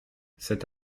cet